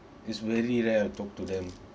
it's very rare I'll talk to them